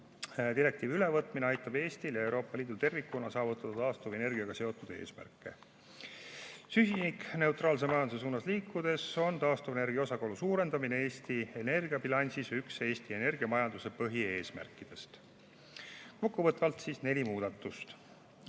Direktiivi ülevõtmine aitab Eestil ja Euroopa Liidul tervikuna saavutada taastuvenergiaga seotud eesmärke. Süsinikuneutraalse majanduse suunas liikudes on taastuvenergia osakaalu suurendamine Eesti energiabilansis üks Eesti energiamajanduse põhieesmärke. Kokkuvõtvalt siis neli muudatust.